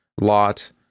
Lot